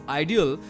ideal